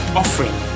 offering